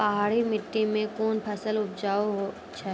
पहाड़ी मिट्टी मैं कौन फसल उपजाऊ छ?